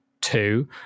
two